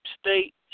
state